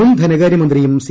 മുൻ ധനകാരൃമ്ന്ത്രിയും സി